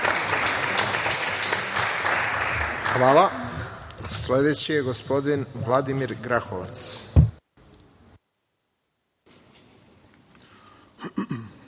Hvala. Sledeći je gospodin Vladimir Grahovac. Izvolite.